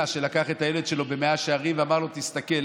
שלקח את הילד שלו למאה שערים ואמר לו: תסתכל,